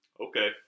okay